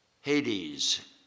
Hades